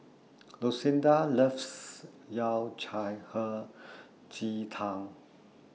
Lucinda loves Yao Cai Hei Ji Tang